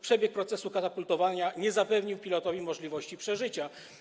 Przebieg procesu katapultowania nie zapewnił pilotowi możliwości przeżycia.